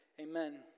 amen